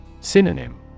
Synonym